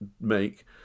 make